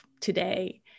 today